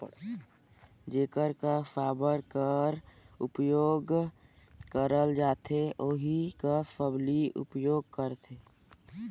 जेकर कस साबर कर उपियोग करल जाथे ओही कस सबली उपियोग करथे